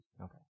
Okay